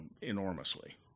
enormously